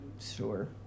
Sure